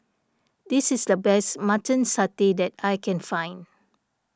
this is the best Mutton Satay that I can find